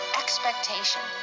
expectation